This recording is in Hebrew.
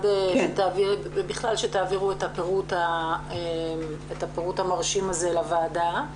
תעבירו את הפירוט המרשים לוועדה.